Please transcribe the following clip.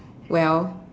well